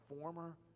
former